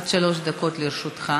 אדוני, עד שלוש דקות לרשותך.